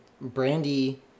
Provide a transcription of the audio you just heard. brandy